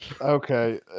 Okay